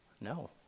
no